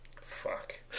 Fuck